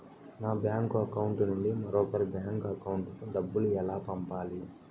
నా bank account నుండి మరొకరి అకౌంట్ కు డబ్బులు ఎలా పంపాలి